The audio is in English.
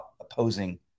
opposing